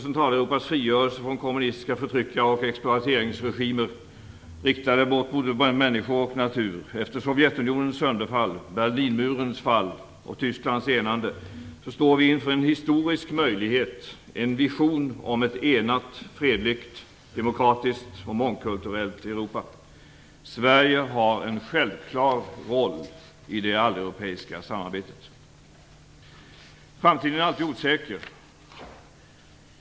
Centraleuropas frigörelse från kommunistiska förtryckare och exploateringsregimer riktade mot både människor och natur, efter Sovjetunionens sönderfall, Berlinmurens fall och Tysklands enande, står vi inför en historisk möjlighet, en vision om ett enat, fredligt, demokratiskt och mångkulturellt Europa. Sverige har en självklar roll i det alleuropeiska samarbetet. Framtiden är alltid osäker.